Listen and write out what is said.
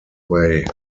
way